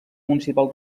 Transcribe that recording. municipal